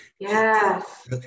yes